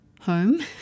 home